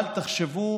תחשבו